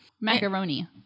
macaroni